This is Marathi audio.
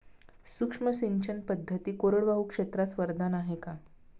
सूक्ष्म सिंचन पद्धती कोरडवाहू क्षेत्रास वरदान आहे का?